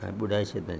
ऐं ॿुॾाए छॾंदा आहिनि